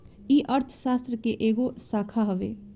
ई अर्थशास्त्र के एगो शाखा हवे